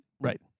Right